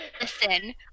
Listen